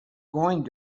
going